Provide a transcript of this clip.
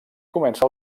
comença